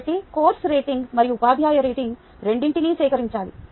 కాబట్టి course rating మరియు ఉపాధ్యాయ రేటింగ్ రెండింటినీ సేకరించాలి